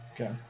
Okay